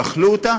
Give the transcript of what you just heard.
אכלו אותה,